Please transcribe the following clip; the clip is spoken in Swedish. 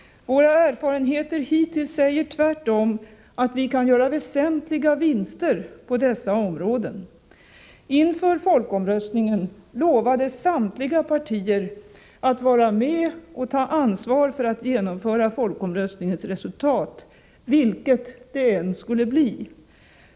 Våra erfarenheter hittills säger tvärtom att vi kan göra väsentliga vinster på dessa områden. Inför folkomröstningen lovade samtliga partier att vara med och ta ansvar för att genomföra folkomröstningens resultat — vilket det än skulle bli.